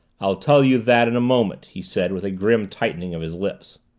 i'll tell you that in a moment, he said with a grim tightening of his lips.